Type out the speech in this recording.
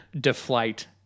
deflate